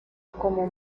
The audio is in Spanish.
como